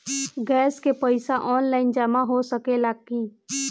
Gas के पइसा online जमा हो सकेला की?